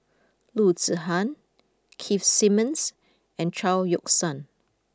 Loo Zihan Keith Simmons and Chao Yoke San